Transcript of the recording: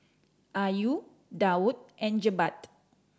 Ayu Daud and Jebat